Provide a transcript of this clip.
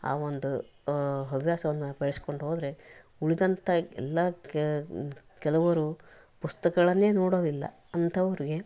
ಆ ಒಂದು ಹವ್ಯಾಸವನ್ನು ಬೆಳೆಸ್ಕೊಂಡು ಹೋದರೆ ಉಳಿದಂಥ ಎಲ್ಲ ಕೆಲವರು ಪುಸ್ತಕಗಳನ್ನೇ ನೋಡೋದಿಲ್ಲ ಅಂಥವ್ರಿಗೆ